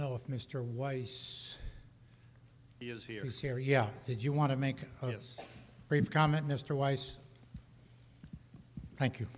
know if mr weiss is here is here yeah did you want to make this comment mr weiss thank you